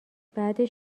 بعدش